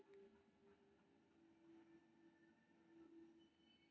अजवाइन के मसाला, चूर्ण, काढ़ा, क्वाथ आ अर्क के रूप मे उपयोग कैल जाइ छै